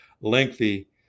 lengthy